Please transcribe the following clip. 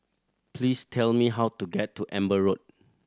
please tell me how to get to Amber Road